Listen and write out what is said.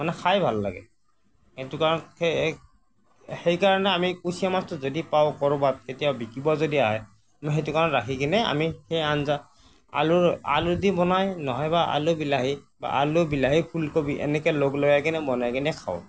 মানে খাই ভাল লাগে সেইটো কাৰণত সেই কাৰণে আমি কুচিয়া মাছটো যদি পাওঁ ক'ৰবাত কেতিয়াও বিকিব যদি আহে সেইটো কাৰণে ৰাখি কিনি আমি সেই আঞ্জা আলুৰ আলু দি বনাই নহয় বা আলু বিলাহী বা আলু বিলাহী ফুলকবি এনেকৈ লগ লগাই কিনি বনাই কিনি খাওঁ